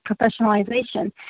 professionalization